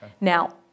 Now